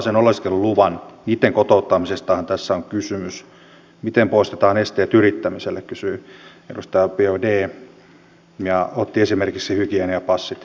on aivan selvää että jos on lähdetty tavoittelemaan valtiontalouden tervehdyttämistä niin tästä isosta sektorista joudutaan tekemään kipeitä leikkauksia